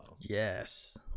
Yes